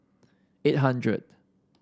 eight hundred